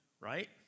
right